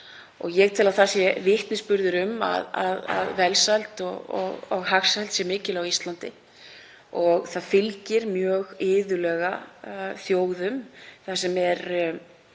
Ég tel að það sé vitnisburður um að velsæld og hagsæld sé mikil á Íslandi. Það fylgir iðulega þjóðum þar sem er